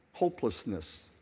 hopelessness